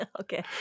Okay